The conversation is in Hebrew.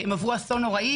הם עברו אסון נורא.